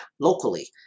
locally